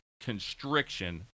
constriction